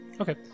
Okay